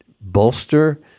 bolster